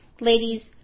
ladies